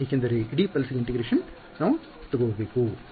ಎಕೆಂದರೆ ಇಡೀ ಪಲ್ಸ್ ಗೆ ಇಂಟಿಗ್ರೇಶನ್ ತಗೋಬೇಕು